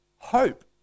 Hope